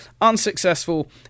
unsuccessful